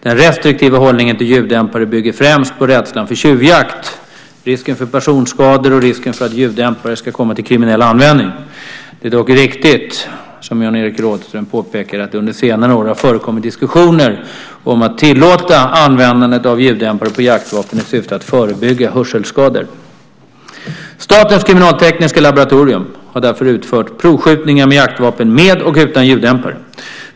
Den restriktiva hållningen till ljuddämpare bygger främst på rädslan för tjuvjakt, risken för personskador och risken för att ljuddämpare ska komma till kriminell användning. Det är dock riktigt som Jan-Evert Rådhström påpekar att det under senare år har förekommit diskussioner om att tillåta användande av ljuddämpare på jaktvapen i syfte att förebygga hörselskador. Statens kriminaltekniska laboratorium har därför utfört provskjutningar med jaktvapen med och utan ljuddämpare.